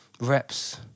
reps